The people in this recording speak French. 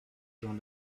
jean